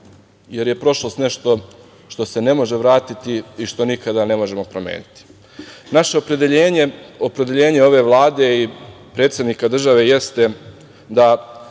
jer je prošlost nešto što se ne može vratiti i što nikada ne možemo promeniti. Naše opredeljenje, opredeljenje ove Vlade i predsednika države jeste da